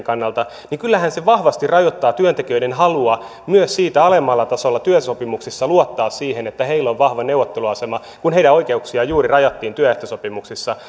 kannalta vahvasti rajoittaa työntekijöiden halua myös siitä alemmalla tasolla työsopimuksissa luottaa siihen että heillä on vahva neuvotteluasema kun heidän oikeuksiaan juuri rajattiin työehtosopimuksissa